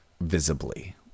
visibly